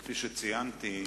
כפי שציינתי,